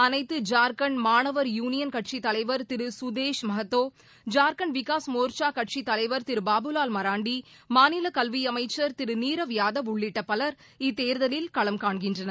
அனைத்து ஜார்கண்ட் மாணவர் யூனியன் கட்சித் தலைவர் திரு சுதேஷ் மகத்தோ ஜார்கண்ட் விகாஸ் மோர்ச்சா கட்சித் தலைவர் திரு பாபுலால் மராண்டி மாநில கல்வி அமைச்சர் திரு நீரவ் யாதவ் உள்ளிட்ட பலர் இத்தேர்தலில் களம் காண்கின்றனர்